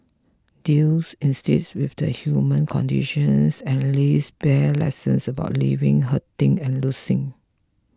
deals instead with the human conditions and lays bare lessons about living hurting and losing